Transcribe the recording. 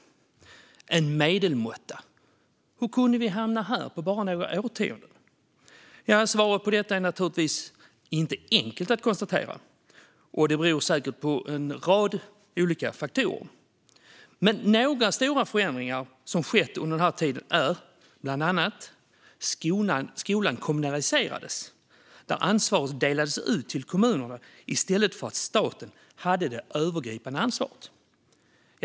En medelmåtta! Hur kunde vi hamna här på bara några årtionden? Svaret på den frågan är naturligtvis inte helt enkelt att konstatera; det beror helt säkert på en rad olika faktorer. Men det har skett några stora förändringar under den här tiden. Skolan kommunaliserades, vilket innebar att ansvaret delades ut till kommunerna i stället för att staten hade det övergripande ansvaret.